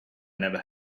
never